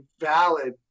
valid